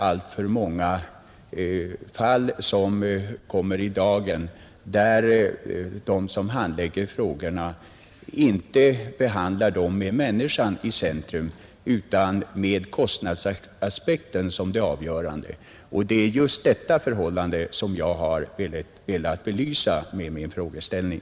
Alltför många fall kommer tyvärr i dagen där det visar sig att de som handlägger frågorna inte sätter människan i centrum utan låter kostnadsaspekten bli avgörande, Det är just detta förhållande som jag har velat belysa med min frågeställning.